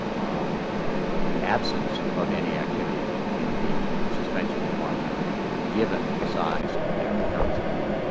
um the absence of any activity in the suspension and debarment arena, given the size of their procurement spending.